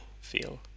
feel